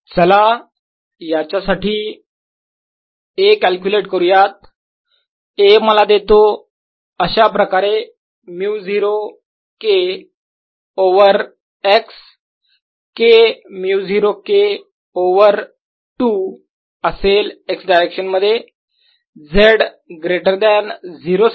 चला याच्यासाठी A calculate करूयात A मला देतो अशाप्रकारे μ0 K over x K μ0 K over 2 असेल x डायरेक्शन मध्ये z ग्रेटर दॅन 0 साठी